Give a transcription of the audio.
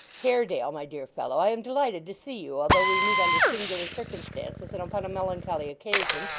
haredale, my dear fellow, i am delighted to see you, although we meet under singular circumstances, and upon a melancholy occasion.